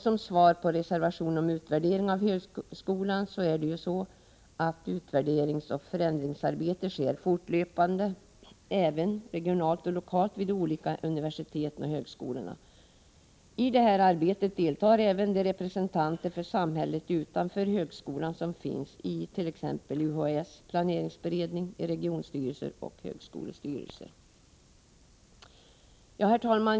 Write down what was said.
Som svar på reservationerna om utvärdering av högskolan kan framhållas att utvärderingsoch förändringsarbete fortlöpande sker även regionalt och lokalt vid de olika universiteten och högskolorna. I det arbetet deltar även de representanter för samhället utanför högskolan som finns i t.ex. UHÄ:s planeringsberedning, i regionstyrelser och i högskolestyrelser. Herr talman!